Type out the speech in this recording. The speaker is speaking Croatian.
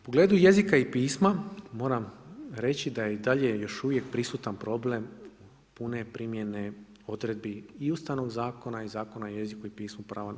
U pogledu jezika i pisma, moram reći da i dalje još uvijek prisutan problem puno primjene odredbi i Ustavnog zakona i Zakona o jeziku i pismu prava,